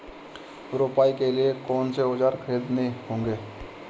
रोपाई के लिए कौन से औज़ार खरीदने होंगे?